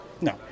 No